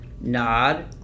nod